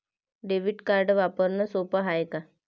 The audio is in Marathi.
डेबिट कार्ड वापरणं सोप हाय का?